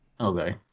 Okay